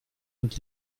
und